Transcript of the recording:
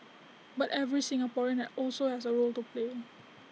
but every Singaporean are also has A role to play